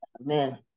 Amen